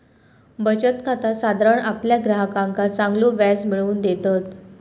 बचत खाता साधारण आपल्या ग्राहकांका चांगलो व्याज मिळवून देतत